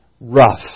rough